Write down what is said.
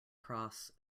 cross